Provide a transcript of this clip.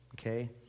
Okay